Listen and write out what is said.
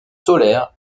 solaires